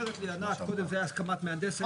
שאומרת לי עינת שזה היה בהסכמת מהנדס.